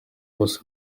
bose